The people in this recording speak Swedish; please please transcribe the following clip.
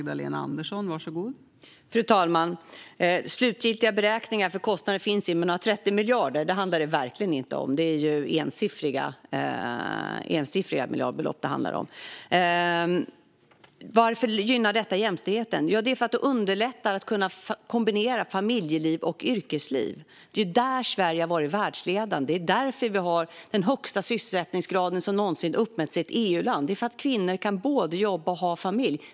Fru talman! Det finns slutgiltiga beräkningar för kostnaden, men några 30 miljarder handlar det verkligen inte om. Det är ensiffriga miljardbelopp det handlar om. Varför gynnar familjeveckan jämställdheten? Det är för att den underlättar att kunna kombinera familjeliv och yrkesliv. Det är där Sverige har varit världsledande. Det är därför vi har den högsta sysselsättningsgrad som någonsin har uppmätts i ett EU-land. Det beror på att kvinnor både kan jobba och ha familj.